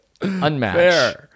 Unmatched